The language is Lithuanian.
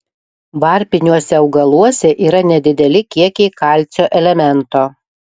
varpiniuose augaluose yra nedideli kiekiai kalcio elemento